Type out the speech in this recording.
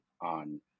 on